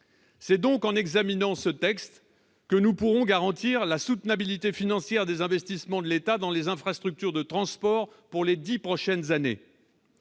C'est donc en examinant ce texte que nous pourrons garantir la soutenabilité financière des investissements de l'État dans les infrastructures de transport pour les dix prochaines années.